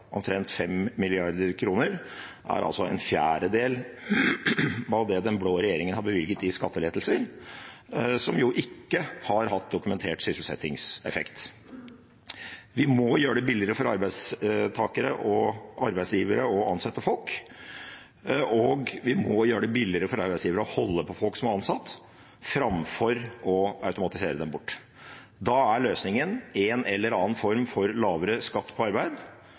omtrent 5 mrd. kr, er en fjerdedel av det den blå regjeringen har bevilget i skattelettelser, som ikke har hatt dokumentert sysselsettingseffekt. Vi må gjøre det billigere for arbeidsgivere å ansette folk, og vi må gjøre det billigere for arbeidsgivere å holde på folk som er ansatt, framfor å automatisere dem bort. Da er løsningen en eller annen form for lavere skatt på arbeid,